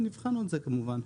ונבחן את זה כמובן.